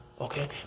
Okay